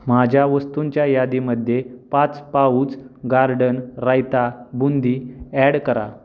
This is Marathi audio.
माझ्या वस्तूंच्या यादीमध्ये पाच pouch garden raita boondi add करा